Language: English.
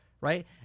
right